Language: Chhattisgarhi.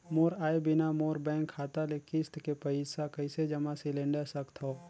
मोर आय बिना मोर बैंक खाता ले किस्त के पईसा कइसे जमा सिलेंडर सकथव?